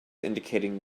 indicating